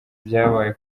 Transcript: byabaye